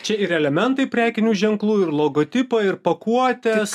čia ir elementai prekinių ženklų ir logotipai ir pakuotės